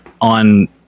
on